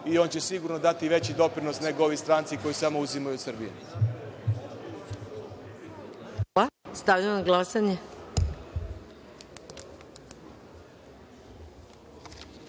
i on će sigurno dati veći doprinos nego ovi stranci koji samo uzimaju od Srbije.